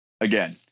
Again